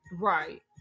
right